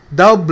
Thou